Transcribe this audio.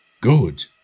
Good